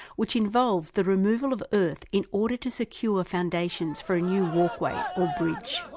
which involves the removal of earth in order to secure foundations for a new walkway or bridge.